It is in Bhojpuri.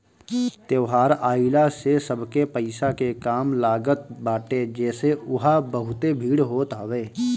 त्यौहार आइला से सबके पईसा के काम लागत बाटे जेसे उहा बहुते भीड़ होत हवे